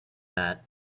that